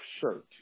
shirt